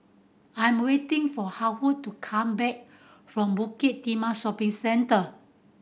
I'm waiting for Haywood to come back from Bukit Timah Shopping Centre